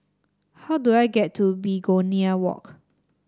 how do I get to Begonia Walk